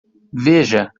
veja